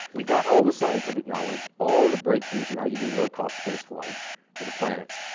we got all the scientific knowledge, all the breakthroughs in how you do low cost spaceflight to the planets.